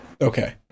Okay